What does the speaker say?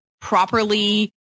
properly